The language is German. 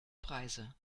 preise